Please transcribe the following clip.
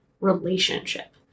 relationship